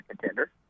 contender